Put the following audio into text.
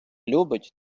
любить